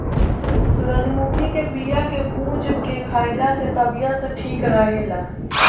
सूरजमुखी के बिया के भूंज के खाइला से तबियत ठीक रहेला